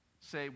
say